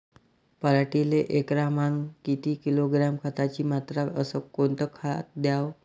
पराटीले एकरामागं किती किलोग्रॅम खताची मात्रा अस कोतं खात द्याव?